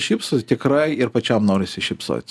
šypsosi tikrai ir pačiam norisi šypsotis